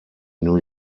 new